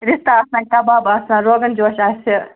رِستہٕ آسَن کَباب آسَن روگَن جوش آسہِ